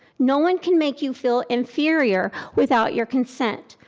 no one can make you feel inferior without your consent.